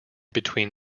between